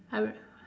I'll